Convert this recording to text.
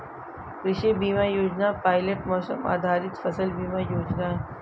कृषि बीमा योजना पायलट मौसम आधारित फसल बीमा योजना है